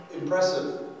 impressive